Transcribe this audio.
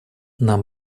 нам